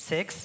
Six